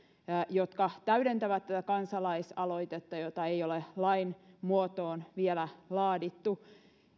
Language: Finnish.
jotka täydentävät tätä kansalaisaloitetta jota ei ole lain muotoon vielä laadittu